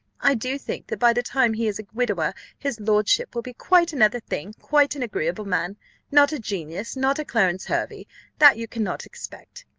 i do think, that by the time he is a widower his lordship will be quite another thing, quite an agreeable man not a genius, not a clarence hervey that you cannot expect.